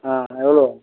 ஆ எவ்வளோ